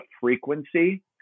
frequency